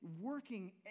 working